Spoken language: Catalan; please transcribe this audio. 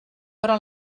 però